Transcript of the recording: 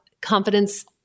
confidence